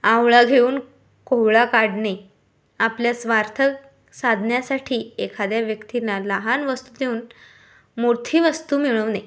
आवळा घेऊन कोहळा काढणे आपल्या स्वार्थ साधण्यासाठी एखाद्या व्यक्तींना लहान वस्तू देऊन मोठी वस्तू मिळवणे